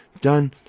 done